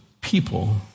people